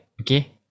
Okay